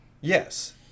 Yes